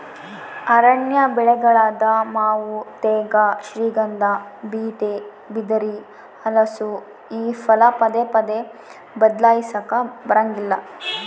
ಅರಣ್ಯ ಬೆಳೆಗಳಾದ ಮಾವು ತೇಗ, ಶ್ರೀಗಂಧ, ಬೀಟೆ, ಬಿದಿರು, ಹಲಸು ಈ ಫಲ ಪದೇ ಪದೇ ಬದ್ಲಾಯಿಸಾಕಾ ಬರಂಗಿಲ್ಲ